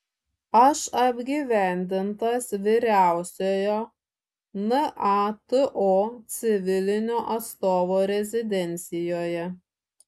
aš apgyvendintas vyriausiojo nato civilinio atstovo rezidencijoje